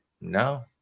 No